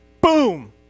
boom